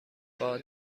باد